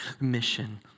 mission